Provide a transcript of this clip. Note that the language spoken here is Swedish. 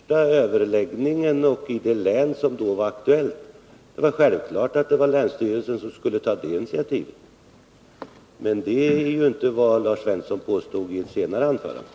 Herr talman! Det var ju en helt annan sak. Detta var den första överläggningen i det län som då var aktuellt. Självfallet var det länsstyrelsen som skulle ta det initiativet. Men det var ju inte vad Lars Svensson påstod i ett senare anförande.